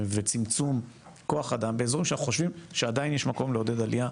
וצמצום כוח אדם באזורים שאנחנו חשובים שעדיין יש מקום לעודד עלייה.